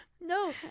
No